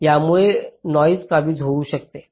त्यामुळे नॉईस काबीज होऊ शकेल